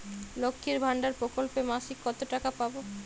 লক্ষ্মীর ভান্ডার প্রকল্পে মাসিক কত টাকা পাব?